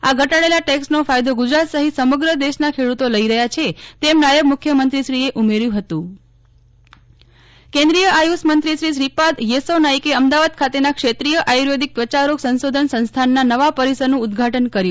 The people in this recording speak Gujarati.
આ ઘટાડેલા ટેક્સનો ફાયદો ગુજરાત સહિત સમગ્ર દેશના ખેડ્રતો લઇ રહ્યા છે તેમ નાયબ મુખ્યમંત્રીશ્રીએ ઉમેર્યું હતું નેહલ ઠકકર આયષ કેન્દ્રીય આયુષ મંત્રી શ્રી શ્રીપાદ યેસ્સો નાઈકે અમદાવાદ ખાતેના ક્ષેત્રીય આયુર્વેદીક ત્વચા રોગ સંશોધન સંસ્થાનના નવા પરિસરનું ઉદ્વાટન કર્યું